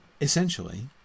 Essentially